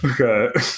Okay